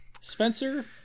Spencer